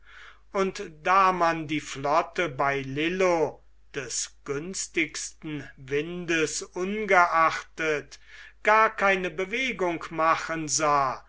und da man die flotte bei lillo des günstigsten windes ungeachtet gar keine bewegung machen sah